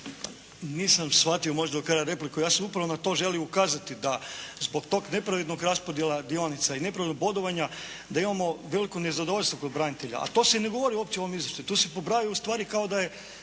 Nisam shvatio možda do kraja repliku. Ja sam upravo na to želio ukazati da zbog tog nepravednog raspodjela dionica i nepravilnog bodovanja, da imamo veliko nezadovoljstvo kod branitelja. A to se uopće ne govori u ovom izvješću. Tu se pobrajaju ustvari kao da je